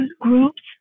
groups